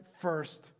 first